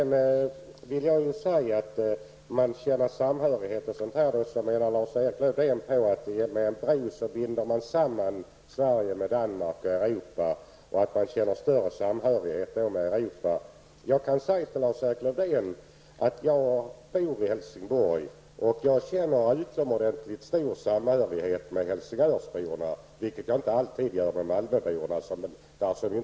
När det gäller att känna samhörighet osv. menar Lars-Erik Lövdén att med en bro binds Sverige samman med Danmark och Europa, och då kommer Sverige att känna större samhörighet med Jag bor i Helsingborg, och jag känner utomordentligt stor samhörighet med Helsingörsborna, vilket jag inte alltid gör med Malmöborna.